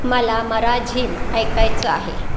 मला मराझीम ऐकायचं आहे